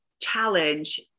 challenge